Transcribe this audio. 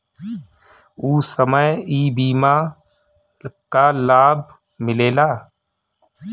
ऊ समय ई बीमा कअ लाभ मिलेला